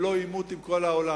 ולא עימות עם כל העולם.